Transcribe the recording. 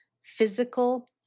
physical